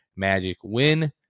MAGICWIN